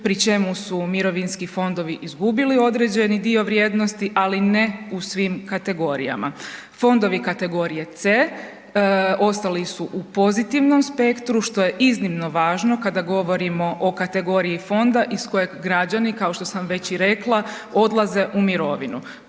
pri čemu su mirovinski fondovi izgubili određeni dio vrijednosti, ali ne u svim kategorijama. Fondovi kategorije C ostali su u pozitivnom spektru, što je iznimno važno kada govorimo o kategoriji fonda iz kojeg građani, kao što sam već i rekla, odlaze u mirovinu.